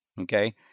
Okay